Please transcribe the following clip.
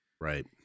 right